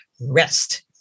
rest